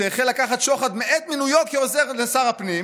שהחל לקחת שוחד מעת מינויו כעוזר לשר הפנים,